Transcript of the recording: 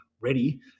ready